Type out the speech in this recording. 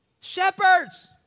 Shepherds